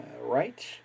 Right